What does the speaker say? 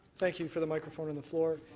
thank you for the microphone and the floor.